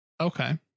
Okay